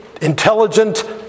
intelligent